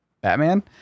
Batman